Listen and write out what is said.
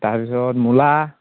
তাৰপিছত মূলা